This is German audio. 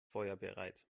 feuerbereit